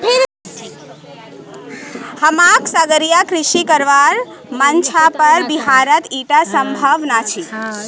हमाक सागरीय कृषि करवार मन छ पर बिहारत ईटा संभव नी छ